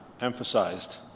emphasized